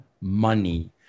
money